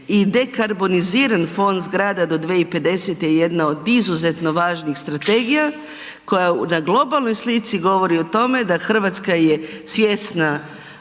i dekarboniziran fond zgrada do 2050. jedna od izuzetno važnih strategija koja na globalnoj slici govori o tome da Hrvatska je svjesna